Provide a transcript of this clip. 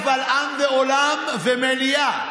קבל עם ועולם ומליאה.